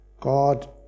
God